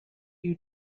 you